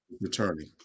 returning